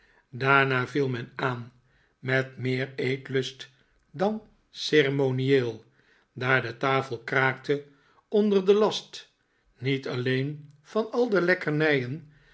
daarna viel men aan met meer eetlust dan ceremonieel daar de tafel kraakte onder den last niet alleen van al de lekkernijen